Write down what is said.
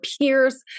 peers